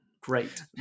Great